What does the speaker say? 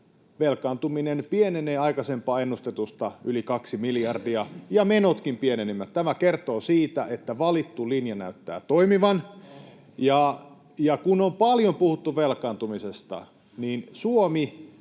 velkaantuminen pienenee aikaisemmin ennustetusta yli kaksi miljardia ja menotkin pienenevät. Tämä kertoo siitä, että valittu linja näyttää toimivan, ja kun on paljon puhuttu velkaantumisesta, niin Suomi